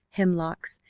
hemlocks,